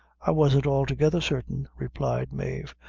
i wasn't altogether certain, replied mave,